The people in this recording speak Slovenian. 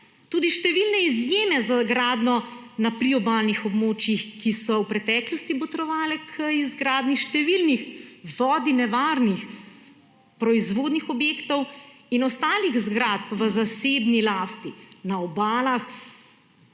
tudi številne izjeme za gradnjo na priobalnih območjih, ki so v preteklosti botrovale k izgradnji številnih, vodi nevarnih proizvodnih objektov in ostalih zgradb v zasebni lasti na obalah